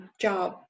job